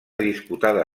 disputada